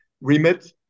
remit